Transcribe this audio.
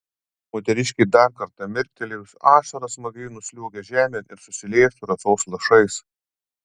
moteriškei dar kartą mirktelėjus ašara smagiai nusliuogia žemėn ir susilieja su rasos lašais